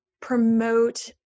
promote